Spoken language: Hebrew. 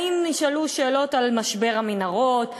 האם נשאלו שאלות על משבר המנהרות?